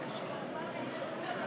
אותו הכלל לגבי השר אופיר אקוניס.